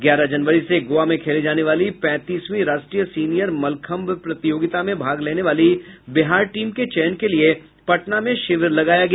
ग्यारह जनवरी से गोवा में खेली जाने वाली पैंतीसवीं राष्ट्रीय सीनियर मलखंभ प्रतियोगिता में भाग लेने वाली बिहार टीम के चयन के लिए पटना में शिविर लगाया गया